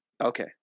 Okay